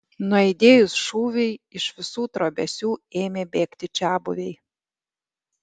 nuaidėjus šūviui iš visų trobesių ėmė bėgti čiabuviai